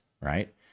right